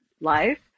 life